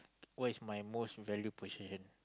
what is my most value possession